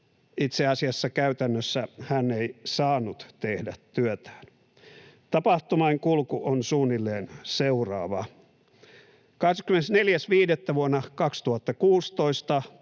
itse asiassa käytännössä hän ei saanut tehdä työtään. Tapahtumainkulku on suunnilleen seuraava: 24.5. vuonna 2016